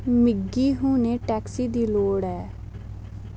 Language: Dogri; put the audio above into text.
मिगी हुनै टैक्सी दी लोड़ ऐ